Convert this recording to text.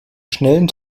schnellen